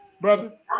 brother